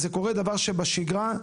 זה דבר שקורה בשגרה.